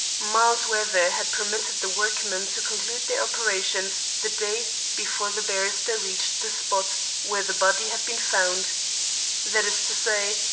mild weather had permitted the workmen to conclude their operations the day before the barrister reached the spot where the body had been found that is to say,